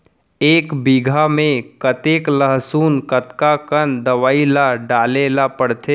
एक बीघा में कतेक लहसुन कतका कन दवई ल डाले ल पड़थे?